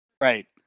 Right